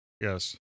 Yes